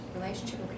relationship